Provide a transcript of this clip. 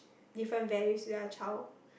different values to their child